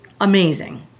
amazing